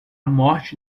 morte